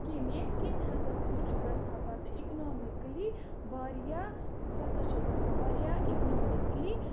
کِہیٖنۍ ییٚمہِ کِنۍ ہَسا سُہ چھُ گژھان پَتہٕ اِکنامِکٔلی واریاہ سُہ ہَسا چھِ گژھان واریاہ اِکنامِکٔلی